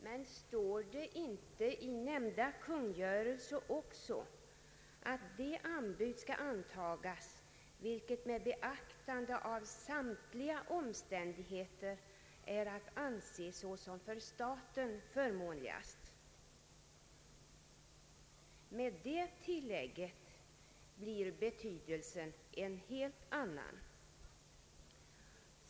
Men står det inte i denna kungörelse också att det anbud skall antagas, vilket med beaktande av samtliga omständigheter är att anse såsom för staten förmånligast? Med det tillägget blir betydelsen en helt annan.